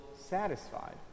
satisfied